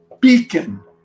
beacon